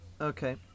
Okay